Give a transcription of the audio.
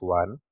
one